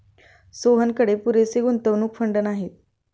सोहनकडे पुरेसे गुंतवणूक फंड नाहीत